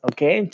Okay